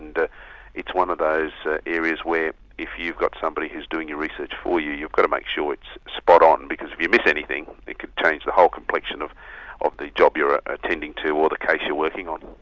and it's one of those areas where if you've got somebody who's doing your research for you, you've got to make sure it's spot on, and because if you miss anything, it could change the whole complexion of of the job you're attending to or the case you're working on.